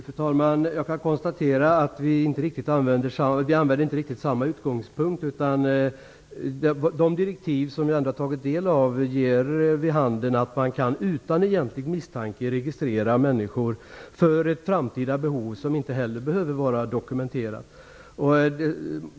Fru talman! Jag kan konstatera att vi inte riktigt använder samma utgångspunkt. De direktiv som jag ändå har tagit del av ger vid handen att man utan egentlig misstanke kan registrera människor för ett framtida behov som inte heller behöver vara dokumenterat.